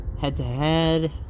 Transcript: head-to-head